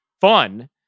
fun